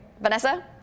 Vanessa